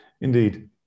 indeed